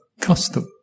custom